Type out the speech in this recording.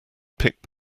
picked